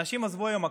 אנשים עזבו היום הכול,